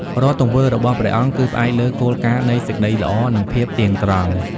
រាល់ទង្វើរបស់ព្រះអង្គ គឺផ្អែកលើគោលការណ៍នៃសេចក្ដីល្អ និងភាពទៀងត្រង់ ។